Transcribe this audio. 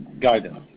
guidance